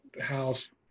house